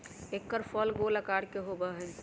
एकर फल गोल आकार के होबा हई